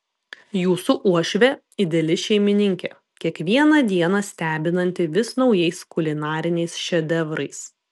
jūsų uošvė ideali šeimininkė kiekvieną dieną stebinanti vis naujais kulinariniais šedevrais